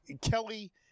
Kelly